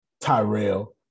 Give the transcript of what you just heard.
Tyrell